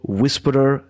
Whisperer